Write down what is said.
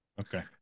Okay